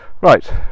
Right